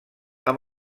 amb